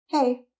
Hey